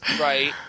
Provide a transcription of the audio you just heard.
Right